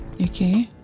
Okay